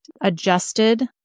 adjusted